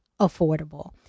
affordable